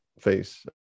Face